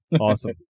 awesome